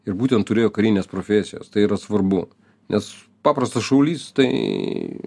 ir būtent turėjo karines profesijas tai yra svarbu nes paprastas šaulys tai